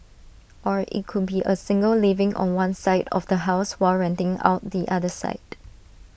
or IT could be A single living on one side of the house while renting out the other side